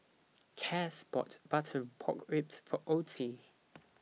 Cas bought Butter Pork Ribs For Ottie